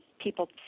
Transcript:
people